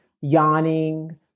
yawning